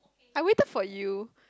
I waited for you